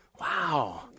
Wow